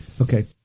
Okay